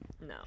no